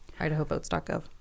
IdahoVotes.gov